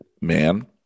man